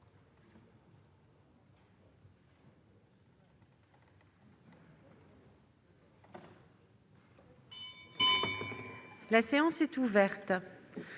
La séance est ouverte.